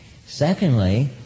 Secondly